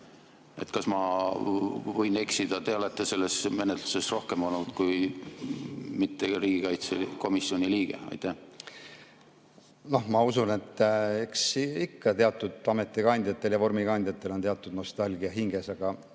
Kas ma võin eksida? Te olete selles menetluses rohkem olnud, mitte riigikaitsekomisjoni liige. Ma usun, et eks ikka teatud ametikandjatel ja vormikandjatel on nostalgia hinges. Aga